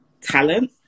talent